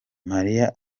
marie